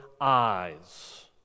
eyes